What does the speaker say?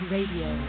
Radio